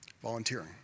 volunteering